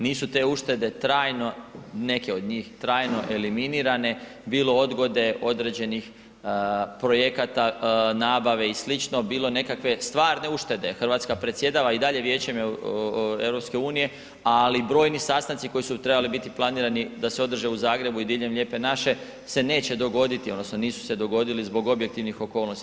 Nisu te uštede trajno neke od njih, trajno eliminirane, bilo odgode određenih projekata, nabave i sl., bilo nekakve stvarne uštede, Hrvatska predsjedava i dalje Vijećem EU, ali brojni sastanci koji su trebali biti planirani da se održe u Zagrebu i diljem Lijepe naše, se neće dogoditi odnosno nisu se dogodili zbog objektivnih okolnosti.